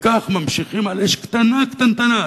וכך ממשיכים על אש קטנה, קטנטנה.